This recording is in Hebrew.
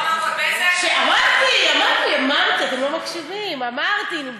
אמרתי, אמרתי, אמרתי, אתם לא מקשיבים.